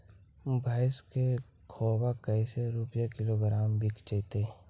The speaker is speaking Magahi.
भैस के खोबा कैसे रूपये किलोग्राम बिक जइतै?